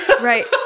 Right